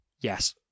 Yes